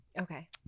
okay